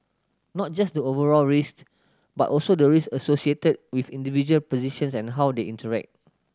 not just the overall risks but also the risk associated with individual positions and how they interact